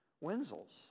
Wenzel's